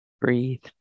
Breathe